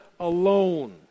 alone